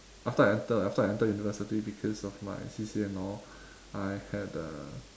after I enter after I enter university because of my C_C_A and all I had a